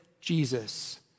Jesus